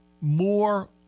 more